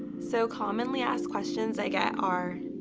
so commonly asked questions i get are,